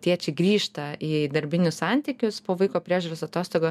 tėčiai grįžta į darbinius santykius po vaiko priežiūros atostogų